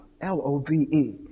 L-O-V-E